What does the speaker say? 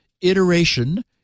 iteration